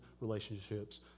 relationships